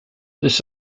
this